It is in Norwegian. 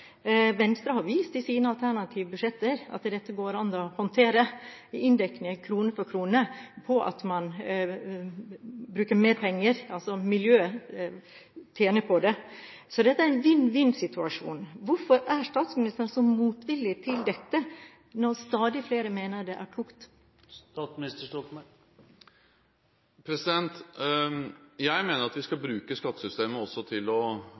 Venstre har vist i sine alternative budsjetter at det går an å håndtere dette – inndekning krone for krone – på den måten at man bruker mer penger, miljøet tjener på det. Så dette er en vinn-vinn-situasjon. Hvorfor er statsministeren så motvillig til dette når stadig flere mener det er klokt? Jeg mener at vi skal bruke skattesystemet også til å oppnå miljøpolitiske mål, å